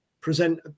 present